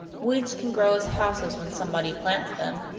weeds can grow as houses when somebody plants them.